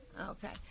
Okay